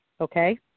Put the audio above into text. okay